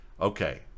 okay